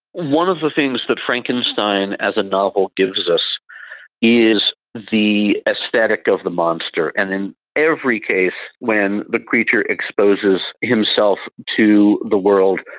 one of the things that frankenstein as a novel gives us is the aesthetic of the monster. and in every case when the creature exposes himself to the world,